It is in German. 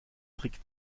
trick